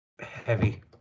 Heavy